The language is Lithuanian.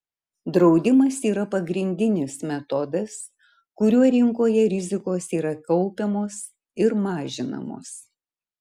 draudimas yra pagrindinis metodas kuriuo rinkoje rizikos yra kaupiamos ir mažinamos